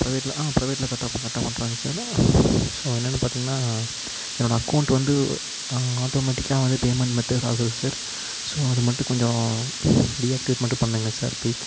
ப்ரைவேட்ல ஆ ப்ரைவேட்ல கரெக்டா கரெக்டா பண்ணுறாங்க சார் ஸோ என்னன்னு பார்த்திங்கனா என்னோடய அகௌண்ட் வந்து ஆட்டோமேடிக்காக வந்து பேமண்ட் மெத்தட்டாகுது சார் ஸோ அது மட்டும் கொஞ்சம் டீஆக்டிவேட் மட்டும் பண்ணுங்க சார் ப்ளீஸ்